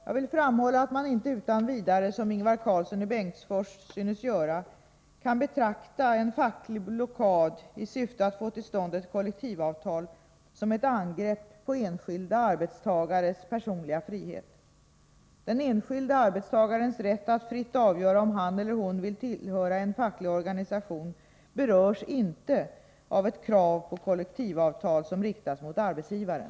Jag vill framhålla att man inte utan vidare, som Ingvar Karlsson i Bengtsfors synes göra, kan betrakta en facklig blockad i syfte att få till stånd ett kollektivavtal som ett angrepp på enskilda arbetstagares personliga frihet. Den enskilda arbetstagarens rätt att fritt avgöra om han eller hon vill tillhöra en facklig organisation berörs inte av ett krav på kollektivavtal som riktas mot arbetsgivaren.